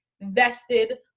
vested